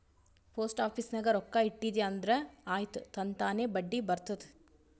post office ನಾಗ್ ರೊಕ್ಕಾ ಇಟ್ಟಿದಿ ಅಂದುರ್ ಆಯ್ತ್ ತನ್ತಾನೇ ಬಡ್ಡಿ ಬರ್ತುದ್